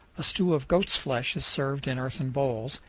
a stew of goat's flesh is served in earthen bowls,